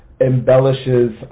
embellishes